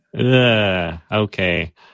Okay